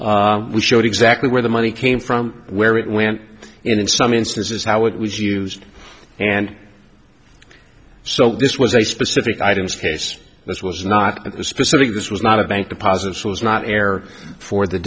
we showed exactly where the money came from where it went in some instances how it was used and so this was a specific items case this was not specific this was not a bank deposits was not air for the